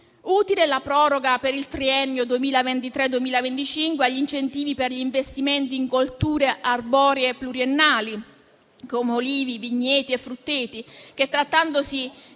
Utile è la proroga per il triennio 2023-2025 agli incentivi per gli investimenti in colture arboree pluriennali, come olivi, vigneti e frutteti. Trattandosi di